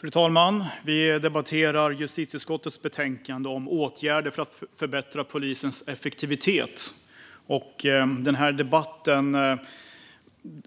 Fru talman! Vi debatterar justitieutskottets betänkande om åtgärder för att förbättra polisens effektivitet.